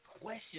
question